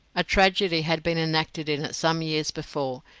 a tragedy had been enacted in it some years before,